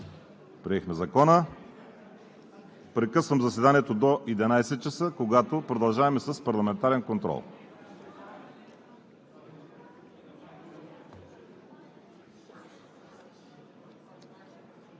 приехме Закона. Прекъсвам заседанието до 11,00 ч., когато продължаваме с парламентарен контрол.